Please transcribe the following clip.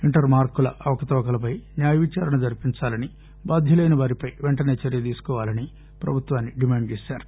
inter మార్కుల అవకతవకలపై న్యాయవిచారణ జరిపించాలని బాధ్యులైన వారిపై పెంటసే చర్య తీసుకోవాలని ప్రభుత్వాన్ని డిమాండ్ చేశారు